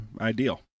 ideal